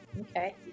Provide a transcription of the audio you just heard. Okay